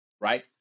Right